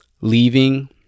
leaving